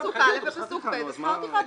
פסוק א' ופסוק ב' ושכר טרחה.